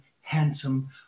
handsome